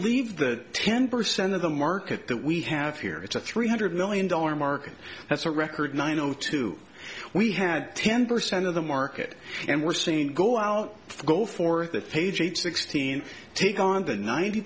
leave the ten percent of the market that we have here it's a three hundred million dollar market that's a record nine o two we had ten percent of the market and we're seeing go out go forth page eight sixteen take on the ninety